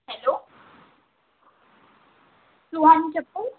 hello Suhani चप्पल